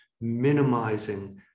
minimizing